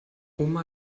oma